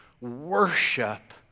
worship